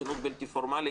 כמו חינוך בלתי פורמלי,